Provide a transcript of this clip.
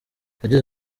yagize